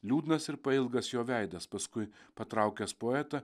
liūdnas ir pailgas jo veidas paskui patraukęs poetą